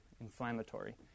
Inflammatory